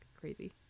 crazy